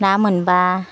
ना मोनब्ला